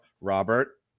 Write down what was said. Robert